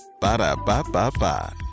Ba-da-ba-ba-ba